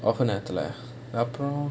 கொஞ்ச நேரத்துல அப்புறம்:konja nerathula appuram